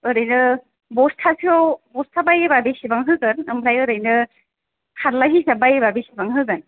ओरैनो बस्थासेआव बस्था बायोब्ला बेसेबां होगोन आमफ्राय ओरैनो फारला हिसाब बायोब्ला बेसेबां होगोन